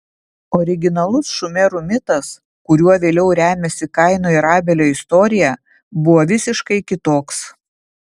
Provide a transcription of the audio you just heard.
originalus šumerų mitas kuriuo vėliau remiasi kaino ir abelio istorija buvo visiškai kitoks